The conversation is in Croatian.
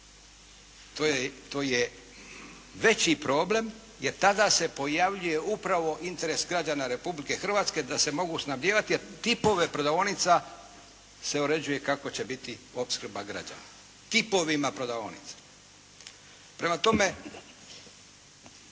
To je veći problem jer tada se pojavljuje upravo interes građana Republike Hrvatske da se mogu snabdijevati a tipove prodavaonica se uređuje kako će biti opskrba građana, tipovima prodavaonica. Prema tome,